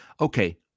Okay